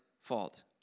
fault